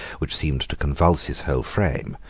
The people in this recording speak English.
which seemed to convulse his whole frame,